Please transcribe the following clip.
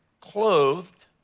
clothed